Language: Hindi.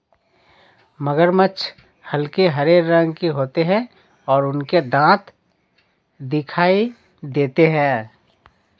मगरमच्छ हल्के हरे रंग के होते हैं और उनके दांत दिखाई देते हैं